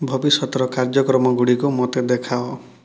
ଭବିଷ୍ୟତର କାର୍ଯ୍ୟକ୍ରମଗୁଡ଼ିକ ମୋତେ ଦେଖାଅ